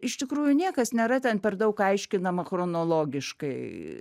iš tikrųjų niekas nėra ten per daug aiškinama chronologiškai